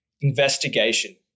Investigation